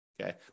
Okay